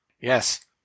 Yes